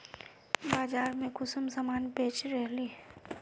बाजार में कुंसम सामान बेच रहली?